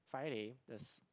Friday there's